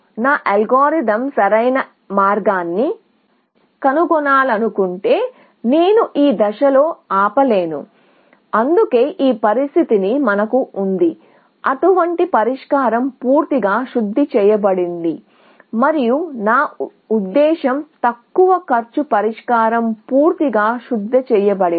నా అల్గోరిథం సరైన మార్గాన్ని కనుగొనాలనుకుంటే నేను ఈ దశలో ఆపలేను అందుకే ఈ పరిస్థితి మనకు ఉంది అటువంటి పరిష్కారం పూర్తిగా శుద్ధి చేయబడింది మరియు నా ఉద్దేశ్యం తక్కువ కాస్ట్ పరిష్కారం పూర్తిగా శుద్ధి చేయబడింది